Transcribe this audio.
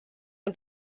und